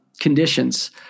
conditions